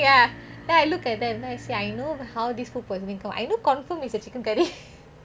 ya then I look at them then I say I know how these food poisoning come I know confirm is the chicken curry